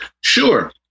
sure